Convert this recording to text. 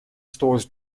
stores